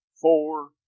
four